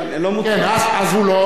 העברנו את זה בשביל אני אתן לך את כל הזמן.